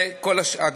וכל השאר,